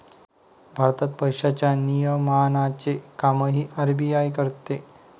भारतात पैशांच्या नियमनाचे कामही आर.बी.आय करते